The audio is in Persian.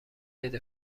عید